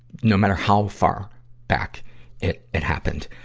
no matter how far back it, it happened.